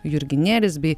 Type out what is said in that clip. jurginėlis bei